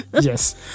Yes